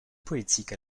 poétiques